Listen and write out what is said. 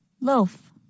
Loaf